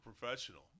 professional